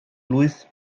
louis